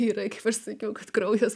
vyrai kaip aš sakiau kad kraujas